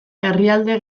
herrialde